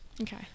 Okay